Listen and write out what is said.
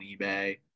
eBay